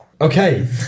Okay